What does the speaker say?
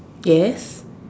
yes